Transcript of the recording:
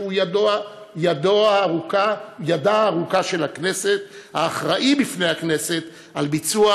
שהוא ידה הארוכה של הכנסת ואחראי בפני הכנסת על ביצוע